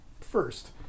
first